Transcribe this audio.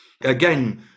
again